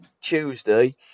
Tuesday